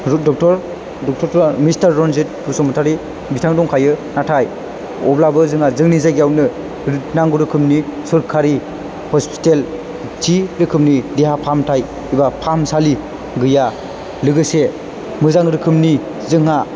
रुप डकटर डाक्टरथ' मिस्टार रन्जित बसुमतारि बिथां दंखायो नाथाय अब्लाबो जोंहा जोंनि जायगायावनो नांगौ रोखोमनि सरखारि हसपिताल थि रोखोमनि देहा फाहाथाय एबा फाहामसालि गैया लोगोसे मोजां रोखोमनि जोंहा